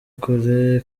kure